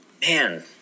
Man